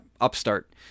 upstart